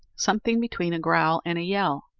something between a growl and a yell.